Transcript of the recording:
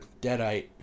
deadite